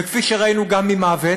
וכפי שראינו, גם ממוות,